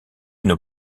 une